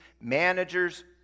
managers